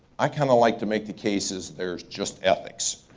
i kinda like to make the case is they're just ethics.